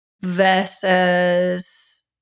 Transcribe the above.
versus